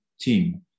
team